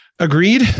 Agreed